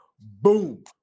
boom